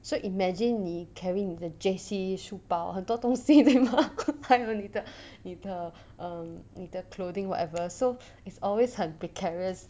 so imagine 你 carrying 你的 J_C 书包很多东西 还有你的你的 um 你的 clothing whatever so it's always 很 precarious